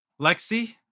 Lexi